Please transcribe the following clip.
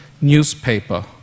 newspaper